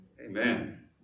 Amen